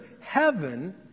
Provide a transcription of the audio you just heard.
Heaven